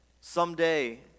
Someday